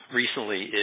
recently